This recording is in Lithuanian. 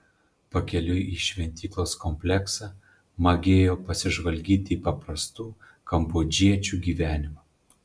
pakeliui į šventyklos kompleksą magėjo pasižvalgyti į paprastų kambodžiečių gyvenimą